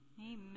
Amen